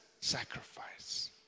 sacrifice